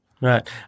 Right